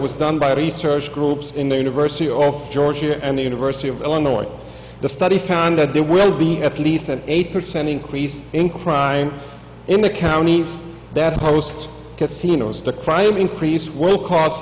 was done by research groups in the university of georgia and the university of illinois the study found that there will be at least an eight percent increase in crime in the counties that post casinos the crime increase while c